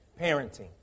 Parenting